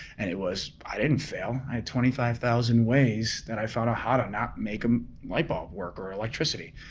and it was, i didn't fail. i had twenty five thousand ways that i found out how to not make a light bulb work, or electricity.